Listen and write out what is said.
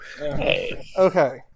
Okay